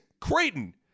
Creighton